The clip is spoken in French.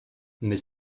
mais